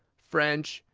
french,